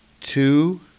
two